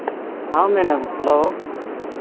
हाँ madam hello